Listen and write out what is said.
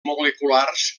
moleculars